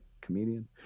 comedian